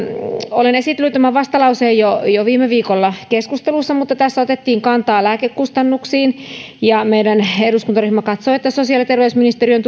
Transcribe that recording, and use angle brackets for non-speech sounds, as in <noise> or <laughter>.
olen esitellyt tämän vastalauseen jo viime viikolla keskustelussa mutta tässä otettiin kantaa lääkekustannuksiin ja meidän eduskuntaryhmä katsoo että sosiaali ja terveysministeriön <unintelligible>